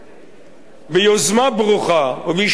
ביוזמה ברוכה ובהשתדלות רבה,